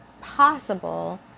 possible